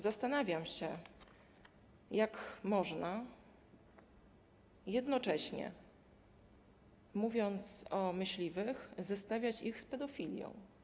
Zastanawiam się, jak można, mówiąc o myśliwych, zestawiać ich z pedofilią.